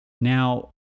Now